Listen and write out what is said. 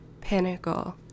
pinnacle